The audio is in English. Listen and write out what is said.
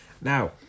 Now